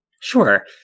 Sure